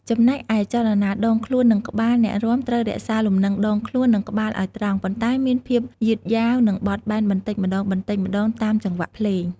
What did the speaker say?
ចំណែកឯ ចលនាដងខ្លួន និងក្បាល អ្នករាំត្រូវរក្សាលំនឹងដងខ្លួន និងក្បាលឱ្យត្រង់ ប៉ុន្តែមានភាពយឺតយ៉ាវ និងបត់បែនបន្តិចម្ដងៗ តាមចង្វាក់ភ្លេង។